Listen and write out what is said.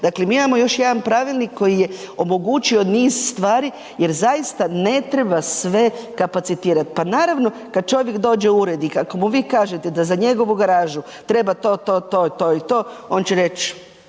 Dakle mi imamo još jedan pravilnik koji je omogućio niz stvari jer zaista ne treba sve kapacitirati. Pa naravno kada čovjek dođe u ured i ako mu vi kažete da za njegovu garažu treba to, to, to i to, on će reći